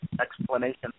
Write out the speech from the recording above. explanation